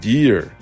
Dear